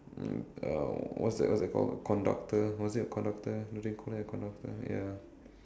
uh what's that what's that called conductor was it a conductor do they call it a conductor ya